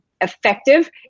effective